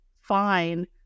fine